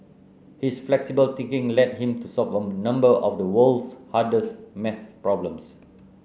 his flexible thinking led him to solve a number of the world's hardest maths problems